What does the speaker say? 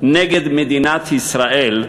נגד מדינת ישראל,